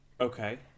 okay